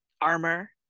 armor